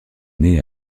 née